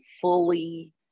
fully